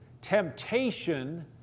temptation